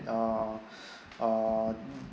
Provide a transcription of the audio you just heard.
uh uh